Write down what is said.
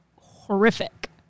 horrific